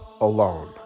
alone